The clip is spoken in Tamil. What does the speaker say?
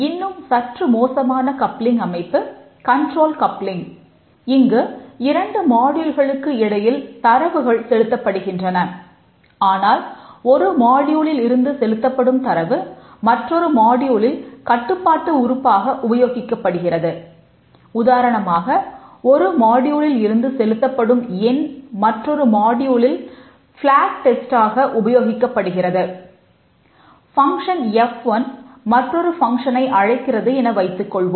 இன்னும் சற்று மோசமான கப்ளிங் என அழைக்கிறோம்